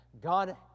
God